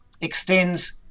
extends